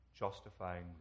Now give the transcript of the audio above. Justifying